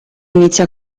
inizia